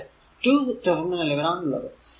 ഇവിടെ 2 ടെർമിനലുകൾ ആണുള്ളത്